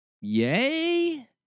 yay